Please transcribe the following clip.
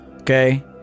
Okay